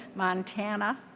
montana.